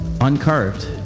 uncarved